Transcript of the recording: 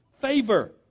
favor